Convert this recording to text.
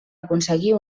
aconseguir